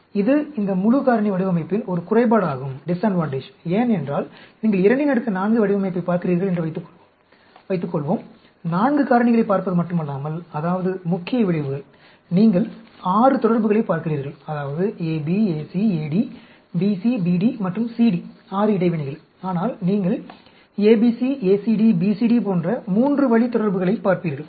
ஆனால் இது இந்த முழு காரணி வடிவமைப்பின் ஒரு குறைபாடாகும் ஏனென்றால் நீங்கள் 24 வடிவமைப்பைப் பார்க்கிறீர்கள் என்று வைத்துக்கொள்வோம் 4 காரணிகளைப் பார்ப்பது மட்டுமல்லாமல் அதாவது முக்கிய விளைவுகள் நீங்கள் 6 தொடர்புகளைப் பார்க்கிறீர்கள் அதாவது AB AC AD BC BD மற்றும் CD 6 இடைவினைகள் ஆனால் நீங்கள் ABC ACD BCD போன்ற மூன்று வழி தொடர்புகளைப் பார்ப்பீர்கள்